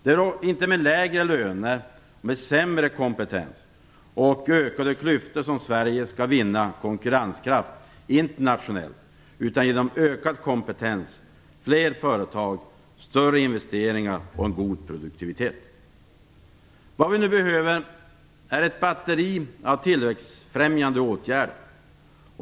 Det är inte med lägre löner, med sämre kompetens och ökade klyftor som Sverige skall vinna konkurrenskraft internationellt utan genom ökad kompetens, fler företag, större investeringar och en god produktivitet. Vad vi nu behöver är ett batteri av tillväxtfrämjande åtgärder.